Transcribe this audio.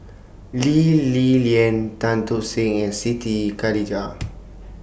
Lee Li Lian Tan Tock Seng and Siti Khalijah